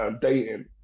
dating